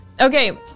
okay